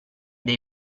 dei